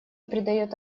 придает